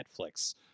Netflix